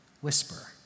whisper